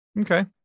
Okay